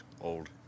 old